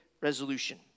resolution